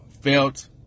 felt